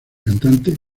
cantante